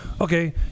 okay